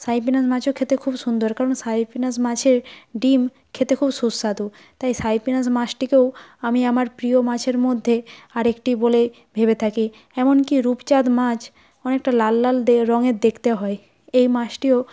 Cyprinus মাছও খেতে খুব সুন্দর কারণ সাইপিনাস মাছের ডিম খেতে খুব সুস্বাদু তাই সাইপিনাস মাছটিকেও আমি আমার প্রিয় মাছের মধ্যে আরেকটি বলে ভেবে থাকি এমনকি রূপচাঁদ মাছ অনেকটা লাল লাল দে রঙের দেখতে হয় এই মাছটিও